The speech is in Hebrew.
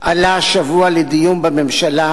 עלה השבוע לדיון בממשלה,